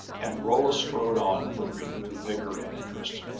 and rolla strode on with renewed vigor and interest.